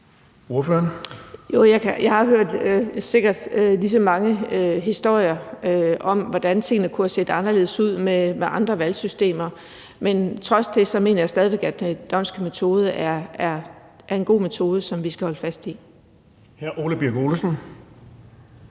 jeg har sikkert hørt lige så mange historier om, hvordan tingene kunne have set anderledes ud med andre valgsystemer, men trods det mener jeg stadig væk, at den d'Hondtske metode er en god metode, som vi skal holde fast i. Kl. 17:45 Den